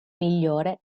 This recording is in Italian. migliore